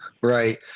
Right